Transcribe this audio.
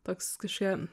toks kažkokia